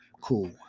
Cool